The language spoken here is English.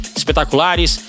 espetaculares